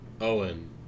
Owen